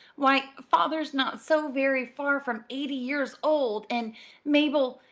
why, father's not so very far from eighty years old, and mabel,